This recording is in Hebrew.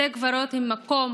בתי קברות הם מקום